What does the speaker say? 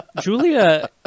Julia